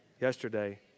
Yesterday